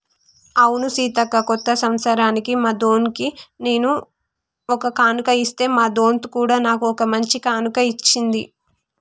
అవును సీతక్క కొత్త సంవత్సరానికి మా దొన్కి నేను ఒక కానుక ఇస్తే మా దొంత్ కూడా నాకు ఓ మంచి కానుక ఇచ్చింది